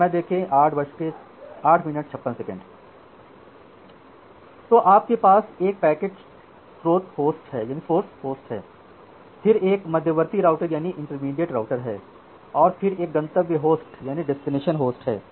तो आपके पास एक स्रोत होस्ट है फिर एक मध्यवर्ती राउटर है और फिर एक गंतव्य होस्ट है